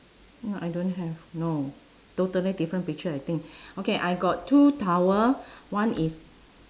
no I don't have no totally different picture I think okay I got two towel one is